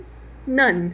嫩